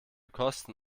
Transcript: kosten